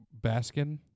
Baskin